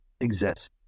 exist